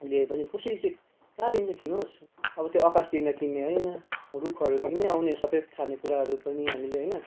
ले पनि कसरी चाहिँ कहाँदेखि चाहिँ किनोस् अब त्यो आकाशदेखि त किन्ने होइन रुखहरूदेखि नि आउने सबै खाने कुराहरू पनि हामीले होइन